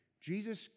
jesus